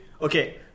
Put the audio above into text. Okay